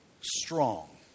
strong